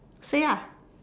say ah